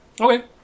Okay